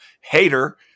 hater